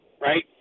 right